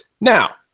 Now